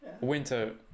winter